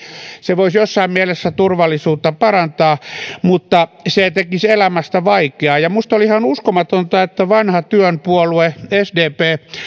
se voisi jossain mielessä turvallisuutta parantaa mutta se tekisi elämästä vaikeaa minusta oli ihan uskomatonta että vanha työn puolue sdp